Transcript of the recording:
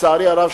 לצערי הרב,